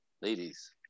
Ladies